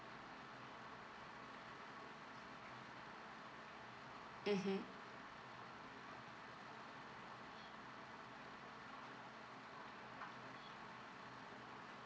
mmhmm